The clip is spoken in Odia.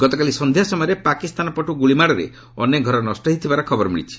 ଗତକାଲି ସନ୍ଧ୍ୟା ସମୟରେ ପାକିସ୍ତାନ ପଟୁ ଗୁଳି ମାଡ଼ରେ ଅନେକ ଘର ନଷ୍ଟ ହୋଇଯାଇଥିବାର ଖବର ମିଳିଛି